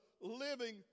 living